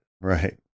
Right